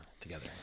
together